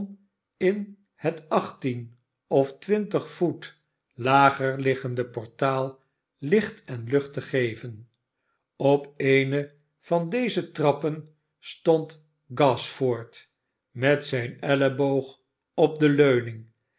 in het achttien of twintig voet lager liggende portaal licht en lucht te geven op eene van deze trappen stond gashford met zijn elleboog op de leuning